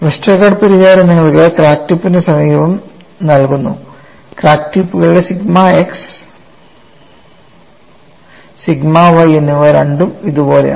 Westergaard പരിഹാരം നിങ്ങൾക്ക് crack ടിപ്പിന് സമീപം നൽകുന്നു ക്രാക്ക് ടിപ്പുകളിൽ സിഗ്മ x സിഗ്മ y എന്നിവ രണ്ടും ഇതുപോലെയാണ്